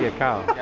yeah cow?